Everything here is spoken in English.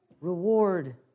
reward